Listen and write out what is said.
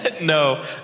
No